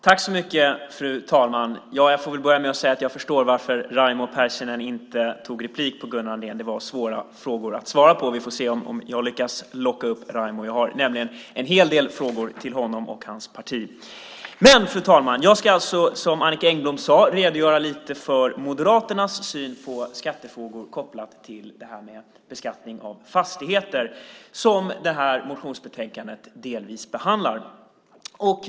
Fru talman! Jag får väl börja med att säga att jag förstår varför Raimo Pärssinen inte tog replik på Gunnar Andrén. Det var svåra frågor att svara på. Vi får se om jag lyckas locka upp Raimo. Jag har nämligen en hel del frågor till honom och hans parti. Jag ska alltså, som Annicka Engblom sade, redogöra lite för Moderaternas syn på skattefrågor kopplat till det här med beskattning av fastigheter som detta motionsbetänkande delvis behandlar.